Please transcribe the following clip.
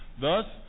thus